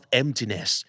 emptiness